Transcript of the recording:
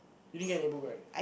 but I think as times goes by I think